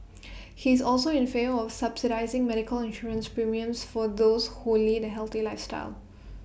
he is also in favour of subsidising medical insurance premiums for those who lead A healthy lifestyle